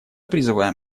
призываем